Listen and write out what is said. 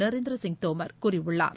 நரேந்திர சிங் தோமர் கூறியுள்ளார்